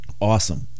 Awesome